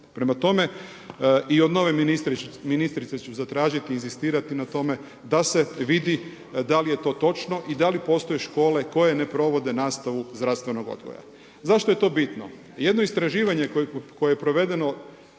Prema tome i od nove ministrice ću zatražiti i inzistirati na tome da se vidi da li je to točno i da li postoje škole koje ne provode nastavu zdravstvenog odgoja. Zašto je to bitno? Jedno istraživanje koje je provedeno